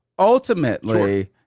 Ultimately